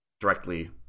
directly